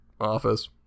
office